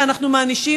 ואנחנו מענישים,